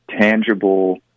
tangible